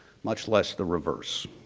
much less the reverse.